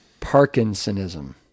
Parkinsonism